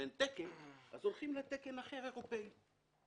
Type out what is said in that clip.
אין תקן אז הולכים לתקן אחר אירופאי.